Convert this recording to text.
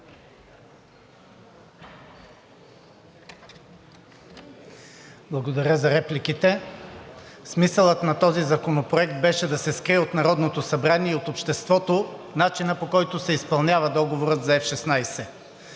Благодаря за репликите. Смисълът на този законопроект беше да се скрие от Народното събрание и от обществото начинът, по който се изпълнява договорът за F-16.